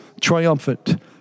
triumphant